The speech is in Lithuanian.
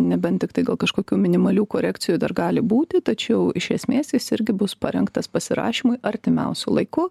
nebent tiktai gal kažkokių minimalių korekcijų dar gali būti tačiau iš esmės jis irgi bus parengtas pasirašymui artimiausiu laiku